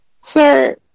sir